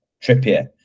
Trippier